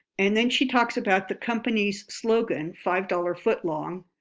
and then she talks about the company's slogan, five dollar footlong,